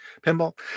pinball